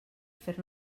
fer